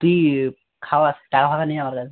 তুই খাওয়াস টাকা ফাকা নেই আমার কাছে